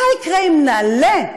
מה יקרה אם נעלה,